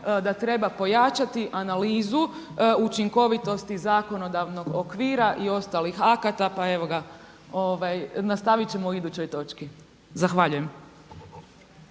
da treba pojačati analizu učinkovitosti zakonodavnog okvira i ostalih akata. Pa evo ga, nastavit ćemo u idućoj točki. Zahvaljujem.